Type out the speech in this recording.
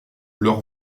leurs